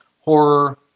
Horror